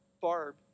Barb